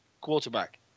quarterback